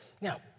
now